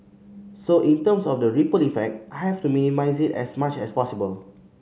so in terms of the ripple effect I have to minimise it as much as possible